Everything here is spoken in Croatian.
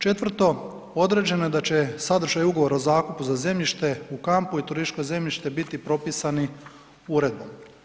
Četvrto, određeno je da će sadržaj ugovora o zakupu za zemljište u kampu i turističko zemljište biti propisani uredbom.